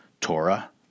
Torah